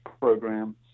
program